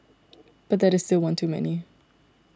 but that is still one too many